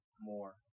more